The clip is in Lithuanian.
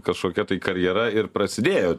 kažkokia tai karjera ir prasidėjo